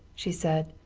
she said.